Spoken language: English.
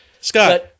Scott